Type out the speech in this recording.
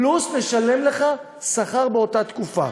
פלוס נשלם לך שכר באותה התקופה.